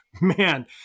man